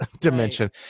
dimension